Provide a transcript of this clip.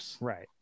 right